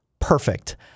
perfect